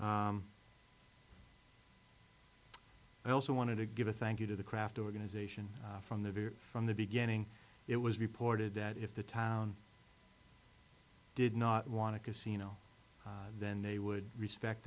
i also wanted to give a thank you to the craft organization from the view from the beginning it was reported that if the town did not want to casino then they would respect